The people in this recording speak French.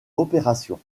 opération